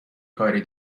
کاری